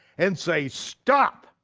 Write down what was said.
and say stop!